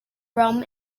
rum